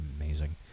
amazing